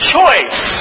choice